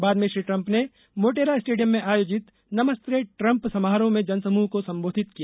बाद में श्री ट्रंप ने मोटेरा स्टेडियम में आयोजित नमस्ते ट्रंप समारोह में जनसमूह को संबोधित किया